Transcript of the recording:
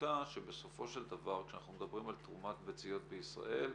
הנקודה שבסופו של דבר כשאנחנו מדברים על תרומת ביציות בישראל,